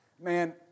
Man